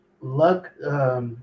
Luck